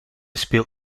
speelt